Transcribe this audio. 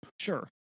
Sure